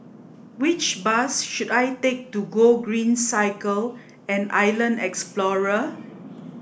which bus should I take to Gogreen Cycle and Island Explorer